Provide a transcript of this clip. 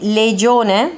legione